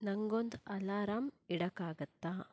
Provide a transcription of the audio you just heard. ನಂಗೊಂದು ಅಲಾರಾಮ್ ಇಡೋಕ್ಕಾಗುತ್ತ